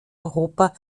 europa